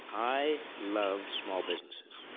i love small businesses.